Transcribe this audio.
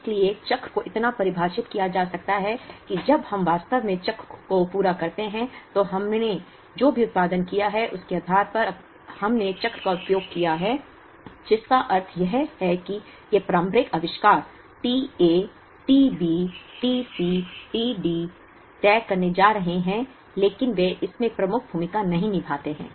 इसलिए चक्र को इतना परिभाषित किया जा सकता है कि जब हम वास्तव में चक्र को पूरा करते हैं तो हमने जो भी उत्पादन किया है उसके आधार पर हमने चक्र का उपभोग किया है जिसका अर्थ यह है कि ये प्रारंभिक आविष्कार t A t B t C t D तय करने जा रहे हैं लेकिन वे इसमें प्रमुख भूमिका नहीं निभाते हैं